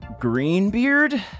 Greenbeard